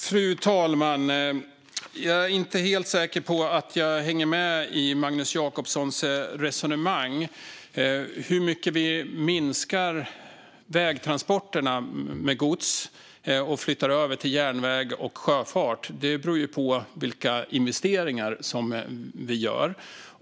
Fru talman! Jag är inte helt säker på att jag hänger med i Magnus Jacobssons resonemang. Hur mycket vi minskar vägtransporter av gods och flyttar över till järnväg och sjöfart beror på vilka investeringar vi gör.